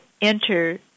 enter